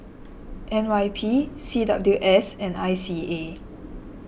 N Y P C W S and I C A